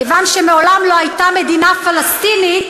כיוון שמעולם לא הייתה מדינה פלסטינית,